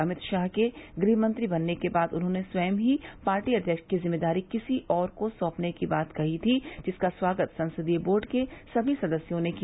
अमित शाह के गृहमंत्री बनने के बाद उन्होंने स्वयं ही पार्टी अध्यक्ष की जिम्मेदारी किसी और को सौंपने की बात कही थी जिसका स्वागत संसदीय बोर्ड के सभी सदस्यों ने किया